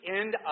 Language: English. end